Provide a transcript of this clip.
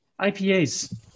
IPAs